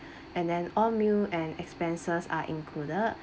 and then all meal and expenses are included